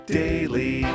daily